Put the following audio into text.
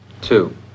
Two